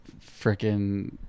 freaking